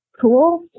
cool